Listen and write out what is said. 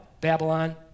Babylon